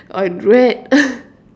or dread